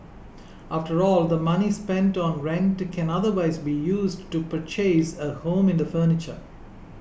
after all the money spent on rent can otherwise be used to purchase a home in the future